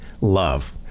love